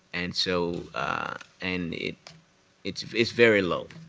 and so and it it's it's very low,